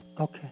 Okay